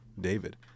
David